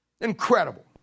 incredible